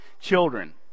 children